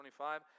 25